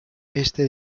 este